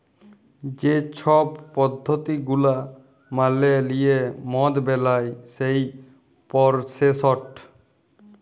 যে ছব পদ্ধতি গুলা মালে লিঁয়ে মদ বেলায় সেই পরসেসট